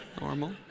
normal